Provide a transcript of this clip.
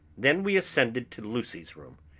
then we ascended to lucy's room.